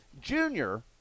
Junior